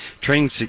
training